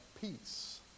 peace